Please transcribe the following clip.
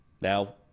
Now